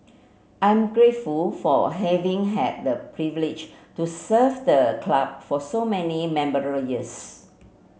I'm grateful for a having had the privilege to serve the club for so many memorable years